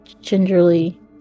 gingerly